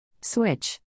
Switch